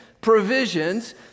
provisions